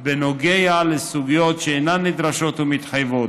בנוגע לסוגיות שאינן נדרשות ומתחייבות,